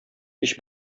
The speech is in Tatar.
һич